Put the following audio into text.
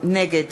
נגד